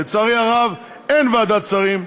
לצערי הרב אין ועדת שרים.